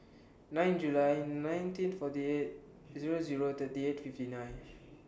nine July nineteen forty eight Zero Zero thirty eight fifty nine